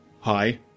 Hi